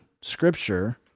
scripture